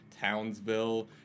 Townsville